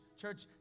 church